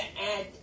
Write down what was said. add